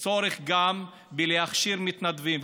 גם צורך להכשיר מתנדבים,